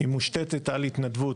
היא מושתתת על התנדבות,